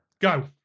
Go